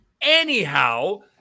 Anyhow